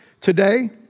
today